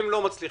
אם לא מצליחים,